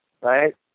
right